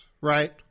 right